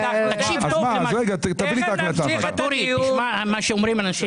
תקשיב טוב למה שאומרים אנשים.